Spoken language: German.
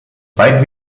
weit